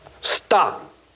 Stop